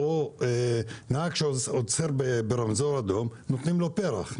נהג שעוצר ברמזור אדום, נותנים לו פרח.